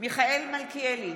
מיכאל מלכיאלי,